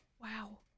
Wow